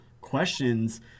questions